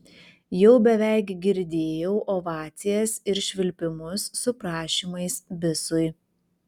jau beveik girdėjau ovacijas ir švilpimus su prašymais bisui